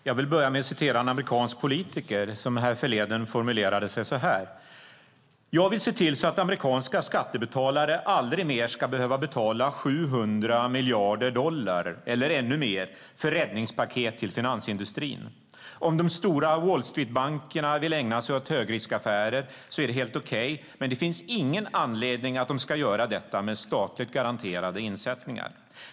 Herr talman! Jag vill börja med att läsa upp något en amerikansk politiker formulerade härförleden: Jag vill se till att amerikanska skattebetalare aldrig mer ska behöva betala 700 miljarder dollar, eller ännu mer, för räddningspaket till finansindustrin. Om de stora Wall Street-bankerna vill ägna sig åt högriskaffärer är det helt okej, men det finns ingen anledning att de ska göra detta med statligt garanterade insättningar.